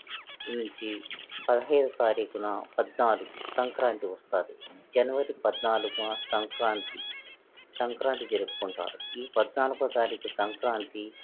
నుంచి పదిహేను తారీఖున పద్నాలుగు సంక్రాంతి వస్తుంది జనవరి పద్నాలుగున సంక్రాంతి సంక్రాంతి జరుపుకుంటారు ఈ పద్నాలుగో తారీఖు సంక్రాంతి